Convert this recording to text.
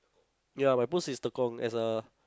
ya my post is Tekong as a